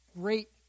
great